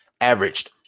averaged